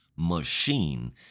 Machine